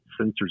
sensors